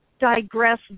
digress